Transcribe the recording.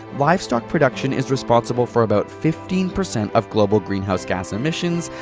livestock production is responsible for about fifteen percent of global greenhouse gas emissions,